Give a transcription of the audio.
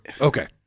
Okay